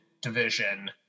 division